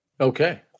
Okay